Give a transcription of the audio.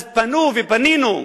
אז פנו, ופנינו,